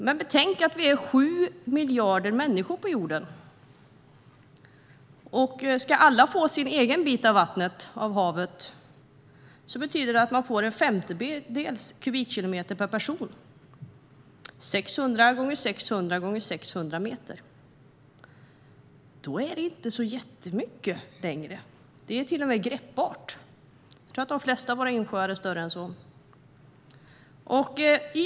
Men betänk att vi är 7 miljarder människor på jorden, och om alla ska få sin egen del av haven betyder det att man får en femtedels kubikkilometer per person - 600 gånger 600 gånger 600 meter. Då är det inte längre så jättemycket; det är till och med greppbart. Jag tror att de flesta av våra insjöar är större än så.